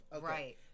right